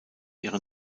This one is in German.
ihre